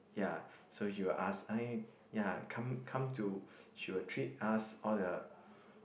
ya so she will ask ya come to she will treat us all the